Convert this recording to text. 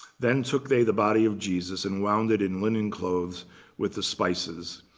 then took the the body of jesus, and wound it in linen clothes with the spices,